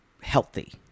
Healthy